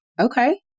Okay